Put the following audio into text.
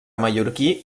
mallorquí